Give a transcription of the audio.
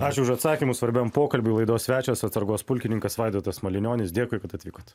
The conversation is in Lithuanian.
ačiū už atsakymus svarbiam pokalbiui laidos svečias atsargos pulkininkas vaidotas malijonis dėkui kad atvykot